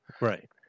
Right